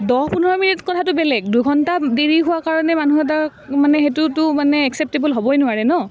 দহ পোন্ধৰ মিনিট কথাটো বেলেগ দুঘণ্টা দেৰি হোৱাৰ কাৰণে মানুহ এটা মানে সেইটোতো মানে এক্সেপটেৱল হ'বই নোৱাৰে ন'